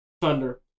Thunder